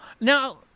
Now